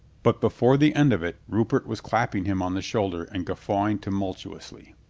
but before the end of it rupert was clapping him on the shoulder and guffawing tumultuously.